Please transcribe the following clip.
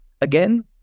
again